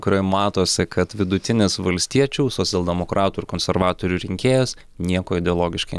kurioj matosi kad vidutinis valstiečių socialdemokratų ir konservatorių rinkėjas niekuo ideologiškai